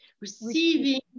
receiving